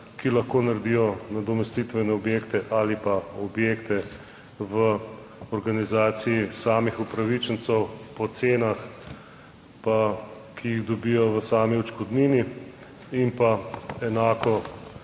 ki lahko naredijo nadomestitvene objekte ali pa objekte v organizaciji samih upravičencev po cenah, ki jih dobijo v sami odškodnini. In pa enako